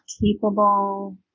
capable